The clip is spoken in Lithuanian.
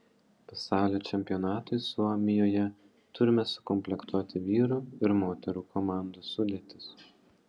pasaulio čempionatui suomijoje turime sukomplektuoti vyrų ir moterų komandų sudėtis